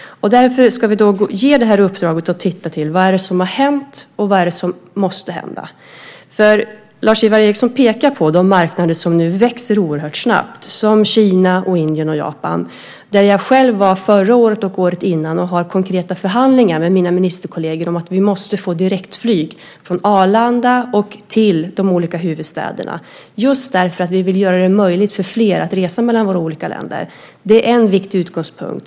Vi ska därför ge uppdraget att titta på vad som har hänt och vad som måste hända. Lars-Ivar Ericson pekar på de marknader som nu växer oerhört snabbt som till exempel Kina, Indien och Japan. Där var jag själv förra året och året innan, och jag har konkreta förhandlingar med mina ministerkolleger om att vi måste få direktflyg från Arlanda och till de olika huvudstäderna just därför att vi vill göra det möjligt för fler att resa mellan våra olika länder. Det är en viktig utgångspunkt.